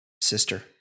sister